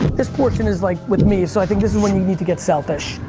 this portion is like with me, so i think this is when you need to get selfish,